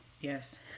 Yes